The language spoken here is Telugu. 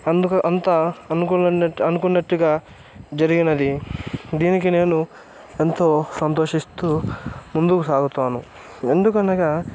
అందుకు అంత అనుకు అనుకున్నట్టుగా జరిగినది దీనికి నేను ఎంతో సంతోషిస్తూ ముందుకు సాగుతాను ఎందుకనగా